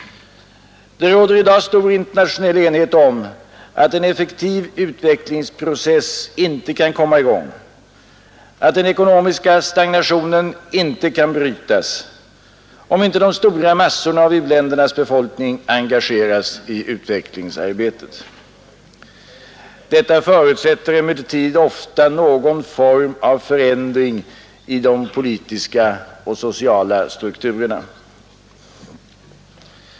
Det råder i dag stor internationell enighet om att en effektiv utvecklingsprocess inte kan komma i gång, att den ekonomiska stagnationen inte kan brytas, om inte de stora massorna av u-ländernas befolkning engageras i utvecklingsarbetet. Detta förutsätter emellertid ofta någon form av förändring i de politiska och sociala strukturerna.